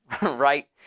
right